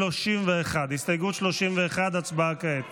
31. 31. הסתייגות 31. הצבעה כעת.